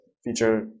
Feature